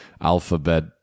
alphabet